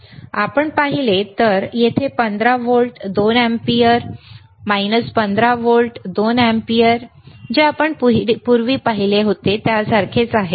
आपण पाहिले तर तेथे 15 व्होल्ट 2 अँपिअर वजा 15 व्होल्ट 2 अँपिअर आहे जे आपण पूर्वी पाहिले होते त्यासारखेच आहे